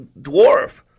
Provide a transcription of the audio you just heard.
dwarf